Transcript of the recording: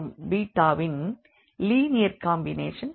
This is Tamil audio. மற்றும் ன் லீனியர் காம்பினேஷன்